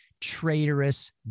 traitorous